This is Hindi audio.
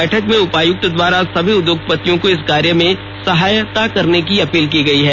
बैठक में उपायुक्त द्वारा सभी उद्योगपतियों को इस कार्य में सहयोग करने की अपील की है